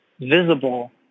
visible